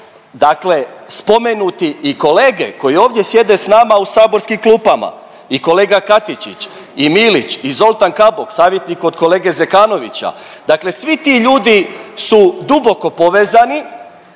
dakle spomenuti i kolege koji ovdje sjede s nama u saborskim klupama i kolega Katičić i Milić i Zoltan Kabok savjetnik od kolege Zekanovića. Dakle, svi ti ljudi su duboko povezani